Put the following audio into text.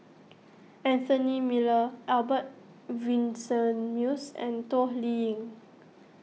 Anthony Miller Albert Winsemius and Toh Liying